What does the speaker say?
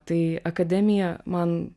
tai akademija man